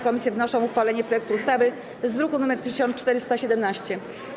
Komisje wnoszą o uchwalenie projektu ustawy z druku nr 1417.